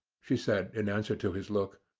she said, in answer to his look.